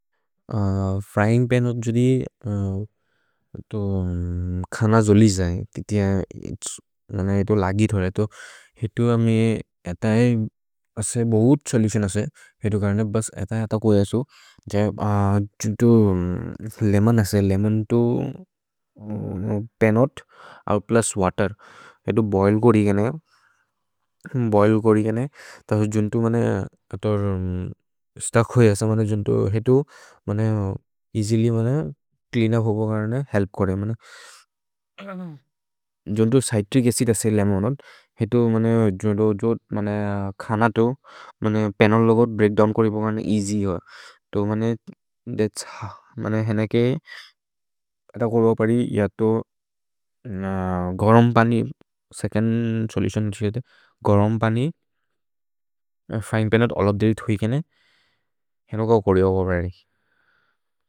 Frying pan जोदि खान जोलि जयि, तितियन् लगि थोरे तो, हेतु अमि अतये असे बहुत् सोलुतिओन् असे। हेतु कर्ने बस् अतये अत कोजसु। लेमोन् असे, लेमोन् तो पन् होत् प्लुस् वतेर्, हेतु बोइल् कोरि केने। भोइल् कोरि केने, तसो जोन्तु स्तक् होज असे, हेतु एअसिल्य् च्लेअन् उप् होको कर्ने हेल्प् कोरे। जोन्तु चित्रिच् अचिद् असे लेमोन् होत्, हेतु खान तो पन् होत् लोगो ब्रेअक्दोव्न् करि पोकर्ने एअस्य् हो। तो मने थत्'स् हा, मने हेन के अत कोरो परि, हेतु गरम् पनि, सेचोन्द् सोलुतिओन् जते। गरम् पनि, फ्र्यिन्ग् पन् होत् अल्ल् ओफ् थत् होइ केने, हेनो कओ करियो परि।